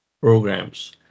programs